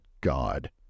God